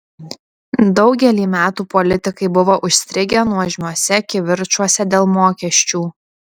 daugelį metų politikai buvo užstrigę nuožmiuose kivirčuose dėl mokesčių